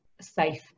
safe